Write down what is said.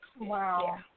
Wow